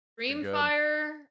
Dreamfire